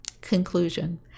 Conclusion